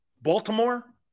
Baltimore